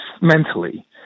mentally